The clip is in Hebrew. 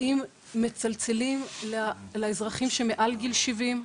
- -מצלצלים לאזרחים שמעל גיל 70,